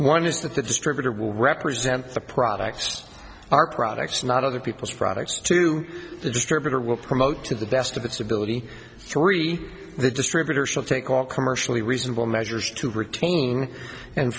one is that the distributor will represent the products are products not other people's products to the distributor will promote to the best of its ability thore the distributor should take all commercially reasonable measures to retain and